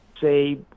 say